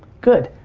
good,